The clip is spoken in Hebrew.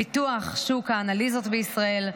פיתוח שוק האנליזות בישראל,